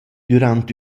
dürant